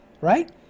right